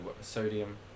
sodium